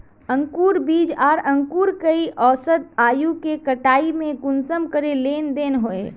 अंकूर बीज आर अंकूर कई औसत आयु के कटाई में कुंसम करे लेन देन होए?